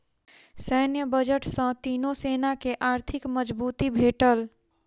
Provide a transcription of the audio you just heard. सैन्य बजट सॅ तीनो सेना के आर्थिक मजबूती भेटल